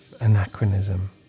anachronism